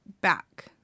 back